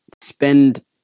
spend